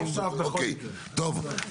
אוקיי, טוב.